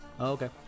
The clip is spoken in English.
okay